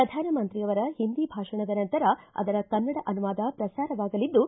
ಪ್ರಧಾನಮಂತ್ರಿಯವರ ಹಿಂದಿ ಭಾಷಣದ ನಂತರ ಅದರ ಕನ್ನಡ ಅನುವಾದ ಪ್ರಸಾರವಾಗಲಿದ್ದು